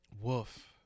Woof